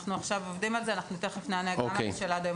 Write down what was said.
אנחנו מנסים להוציא את הנתון הזה עכשיו ובהמשך